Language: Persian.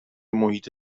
محیط